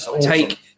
Take